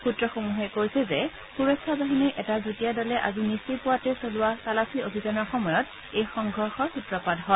সূত্ৰসমূহে কয় যে সূৰক্ষা বাহিনীৰ এটা যুটীয়া দলে আজি নিচেই পুৰাতে চলোৱা তালাচী অভিযানৰ সময়ত এই সংঘৰ্ষৰ সুত্ৰপাত হয়